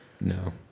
no